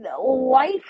life